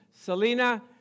Selena